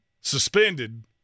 Suspended